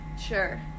Sure